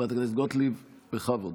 חברת הכנסת גוטליב, בכבוד.